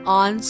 on